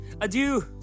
Adieu